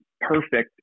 perfect